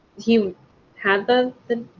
you had the the